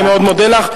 אני מאוד מודה לך.